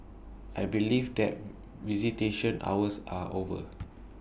I believe that visitation hours are over